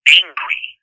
angry